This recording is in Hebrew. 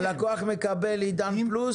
הלקוח מקבל עידן פלוס.